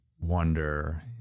wonder